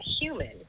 human